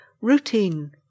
routine